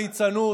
ליצנות,